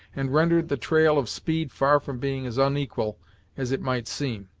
and rendered the trial of speed far from being as unequal as it might seem.